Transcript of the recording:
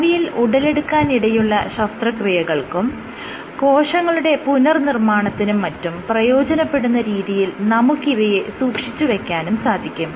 ഭാവിയിൽ ഉടലെടുക്കാൻ ഇടയുള്ള ശസ്ത്രക്രിയകൾക്കും കോശങ്ങളുടെ പുനർനിർമ്മാണത്തിനും മറ്റും പ്രയോജനപ്പെടുന്ന രീതിയിൽ നമുക്കിവയെ സൂക്ഷിച്ചുവെയ്ക്കാനും സാധിക്കും